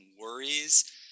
worries